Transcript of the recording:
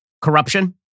corruption